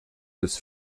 des